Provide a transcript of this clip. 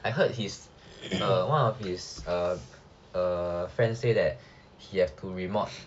I heard his err one of his err err friends say that he had to remod